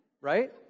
Right